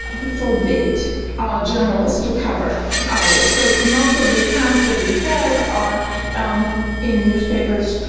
forbid ah ah journalists to cover this, so most of the accounts that we have are um in newspapers,